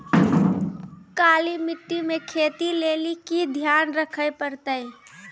काली मिट्टी मे खेती लेली की ध्यान रखे परतै?